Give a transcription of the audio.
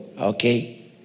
Okay